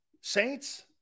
Saints